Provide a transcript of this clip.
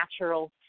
natural